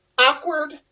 awkward